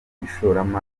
ishoramari